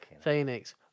Phoenix